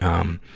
um,